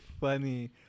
funny